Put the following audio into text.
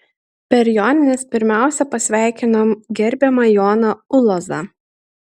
per jonines pirmiausia pasveikinom gerbiamą joną ulozą